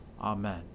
Amen